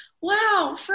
wow